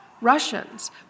Russians